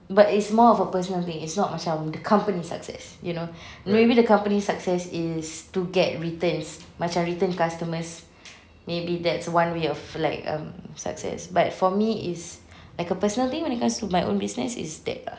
but it's more of a personal thing it's not macam the company success you know maybe the company success is to get returns macam to get return customers maybe that's one way of like um success but for me is a personal thing when it comes to my own business is that ah